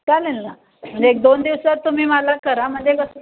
चालेल ना म्हणजे एक दोन दिवसांत तुम्ही मला करा म्हणजे कसं